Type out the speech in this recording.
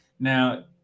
Now